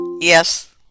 Yes